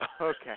Okay